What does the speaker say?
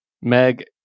Meg